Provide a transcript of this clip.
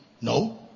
No